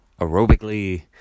Aerobically